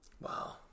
Wow